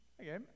Okay